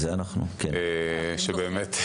שבאמת,